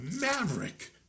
maverick